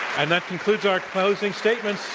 and that concludes our closing statements.